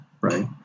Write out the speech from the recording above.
right